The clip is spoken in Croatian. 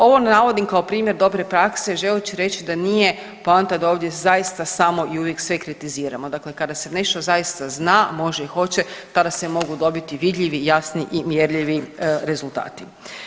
Ovo navodim kao primjer dobre prakse želeći reći da nije poanta da ovdje zaista samo i uvijek sve kritiziramo, dakle kada se nešto zaista zna, može i hoće tada se mogu dobiti vidljivi i jasni i mjerljivi rezultati.